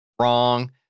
Wrong